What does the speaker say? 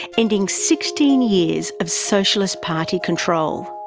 ending sixteen years of socialist party control.